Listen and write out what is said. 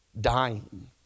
dying